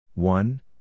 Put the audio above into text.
One